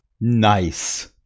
Nice